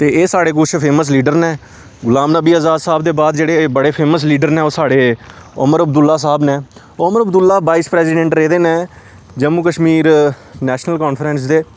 ते एह् साढ़े कुछ फेमस लीडर न गुलाम नबी अजाद साह्ब दे बाद जेह्ड़े बड़े फेमस लीडर न ओह् साढ़े उमर अब्दुल्ल साह्ब न अमर अब्दुल्ल वाईस प्रैसिडेंट रेह्दे न जम्मू कश्मीर नैशनल कांफ्रैंस दे